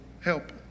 help